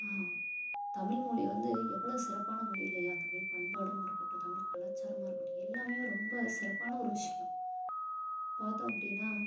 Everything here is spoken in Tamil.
தமிழ் மொழி வந்து எவ்வளவு சிறப்பான மொழி இல்லையா தமிழ் பண்பாடும் இருக்கட்டும் தமிழ் கலாச்சாரமாக இருக்கட்டும் எல்லாமே ரொம்ப சிறப்பான ஒரு விஷியம் பார்த்தோம் அப்படினா